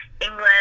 England